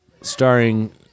starring